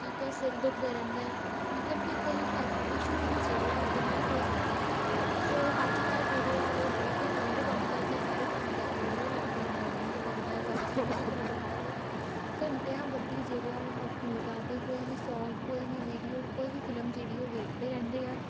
ਠੀਕ ਹੈ ਸਿਰ ਦੁੱਖਦਾ ਰਹਿੰਦਾ ਮਤਲਬ ਕਿ ਕਈ ਹੈਲਥ ਇਸ਼ੂਜ ਵੀ ਜਿਹੜੇ ਆ ਇਹਦੇ ਨਾਲ ਹੋ ਸਕਦੇ ਆ ਸੋ ਅੱਜ ਕੱਲ੍ਹ ਜਿਹੜੇ ਆ ਇਹ ਬਹੁਤ ਹੀ ਟਰੈਂਡ ਬਣ ਗਏ ਕਿ ਹਰ ਇੱਕ ਬੰਦਾ ਜਿਹੜਾ ਉਹ ਹੈੱਡਫੋਨ ਲਗਾਉਂਦਾ ਹੀ ਲਗਾਉਂਦਾ ਜ਼ਿਆਦਾ ਸਮੇਂ ਤੱਕ ਲਗਾਉਂਦਾ ਹੈ ਘੰਟਿਆਂ ਬੱਧੀ ਜਿਹੜੇ ਆ ਉਹ ਹੈੱਡਫੋਨ ਲਗਾ ਕੇ ਕੋਈ ਵੀ ਸੌਂਗ ਕੋਈ ਵੀ ਵੀਡੀਓ ਕੋਈ ਵੀ ਫਿਲਮ ਜਿਹੜੀ ਉਹ ਵੇਖਦੇ ਰਹਿੰਦੇ ਆ